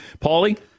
Pauly